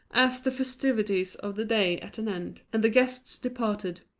as, the festivities of the day at an end, and the guests departed,